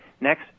Next